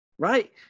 Right